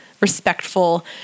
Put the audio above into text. respectful